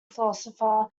philosopher